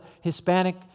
hispanic